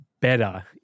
better